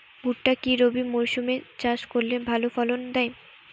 ভুট্টা কি রবি মরসুম এ চাষ করলে ভালো ফলন দেয়?